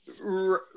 right